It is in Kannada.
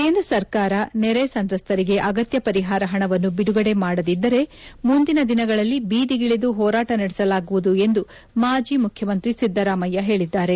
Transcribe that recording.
ಕೇಂದ್ರ ಸರ್ಕಾರ ನೆರೆ ಸಂತ್ರಸ್ತರಿಗೆ ಅಗತ್ಯ ಪರಿಹಾರ ಹಣವನ್ನು ಬಿಡುಗಡೆ ಮಾಡದಿದ್ದರೆ ಮುಂದಿನ ದಿನಗಳಲ್ಲಿ ಬೀದಿಗಿಳಿದು ಹೋರಾಟ ನಡೆಸಲಾಗುವುದು ಎಂದು ಮಾಜಿ ಮುಖ್ಯಮಂತ್ರಿ ಸಿದ್ದರಾಮಯ್ಯ ಹೇಳಿದ್ದಾರೆ